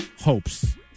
hopes